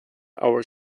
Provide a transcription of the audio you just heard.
our